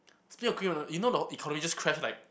still you know the economy just crashed like